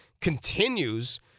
continues